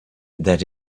that